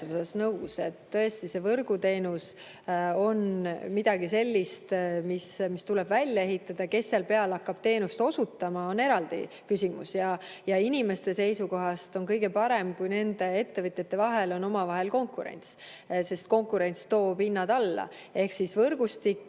nõus, et see võrk on midagi sellist, mis tuleb välja ehitada. Kes seal võrgus hakkab teenust osutama, on eraldi küsimus. Inimeste seisukohast on kõige parem, kui nende ettevõtjate vahel on konkurents, sest konkurents toob hinnad alla. Ehk võrgustik